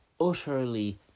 utterly